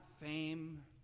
fame